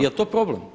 Je li to problem?